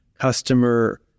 customer